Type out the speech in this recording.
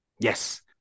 Yes